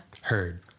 Heard